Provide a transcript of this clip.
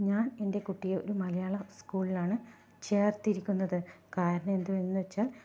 ഞാൻ എൻ്റെ കുട്ടിയെ ഒരു മലയാളം സ്കൂളിലാണ് ചേർത്തിരിക്കുന്നത് കാരണം എന്തെന്ന് വെച്ചാൽ